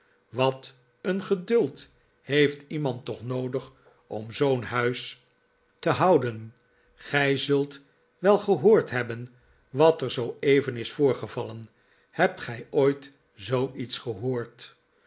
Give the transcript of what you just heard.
wat een geduld heeft iemand toch noodig om zoo'n huis te houden gij zult wel gehoord hebben wat er zooeven is voorgevallen hebt gij ooit zooiets gehoord